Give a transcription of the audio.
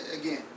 again